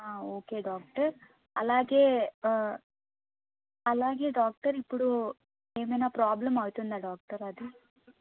okay doctor అలాగే అలాగే doctor ఇప్పుడు ఏమైనా ప్రాబ్లం అవుతుందా డాక్టర్ అది